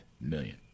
million